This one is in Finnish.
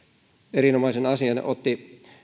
erinomaisen asian otti